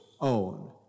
own